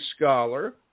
scholar